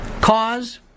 Cause